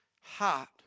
heart